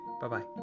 Bye-bye